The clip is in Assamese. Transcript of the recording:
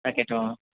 তাকেতো অঁ